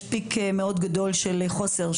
יש "פיק" גדול מאוד של חוסר,